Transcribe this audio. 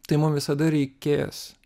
tai mum visada reikės